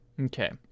Okay